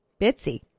Bitsy